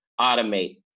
automate